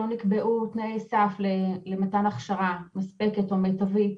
לא נקבעו תנאי סף למתן הכשרה מספקת או מיטבית